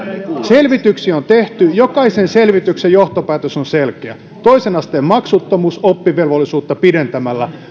selvityksiä on tehty jokaisen selvityksen johtopäätös on selkeä toisen asteen maksuttomuus oppivelvollisuutta pidentämällä